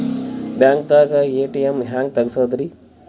ಬ್ಯಾಂಕ್ದಾಗ ಎ.ಟಿ.ಎಂ ಹೆಂಗ್ ತಗಸದ್ರಿ?